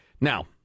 Now